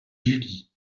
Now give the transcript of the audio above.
julie